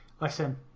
listen